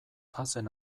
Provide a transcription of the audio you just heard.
bazen